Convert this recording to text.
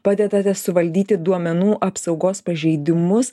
padedate suvaldyti duomenų apsaugos pažeidimus